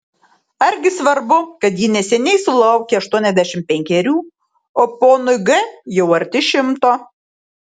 argi svarbu kad ji neseniai sulaukė aštuoniasdešimt penkerių o ponui g jau arti šimto